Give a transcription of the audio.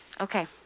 Okay